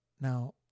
Now